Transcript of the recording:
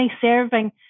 serving